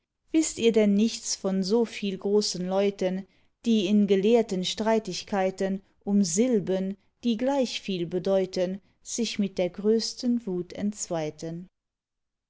wißt ihr denn nichts von so viel großen leuten die in gelehrten streitigkeiten um silben die gleich viel bedeuten sich mit der größten wut entzweiten